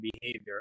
behavior